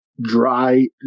dry